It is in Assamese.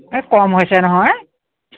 এই কম হৈছে নহয়